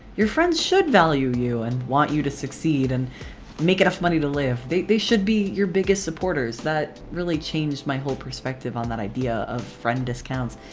your friends should value you and want you to succeed! and make enough money to live. they should be your biggest supporters. that really changed my whole perspective on that idea of friend discounts.